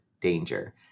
danger